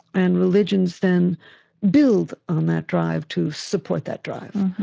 and religions then build on that drive to support that drive.